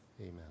Amen